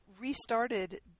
restarted